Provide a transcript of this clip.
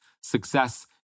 success